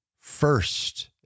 first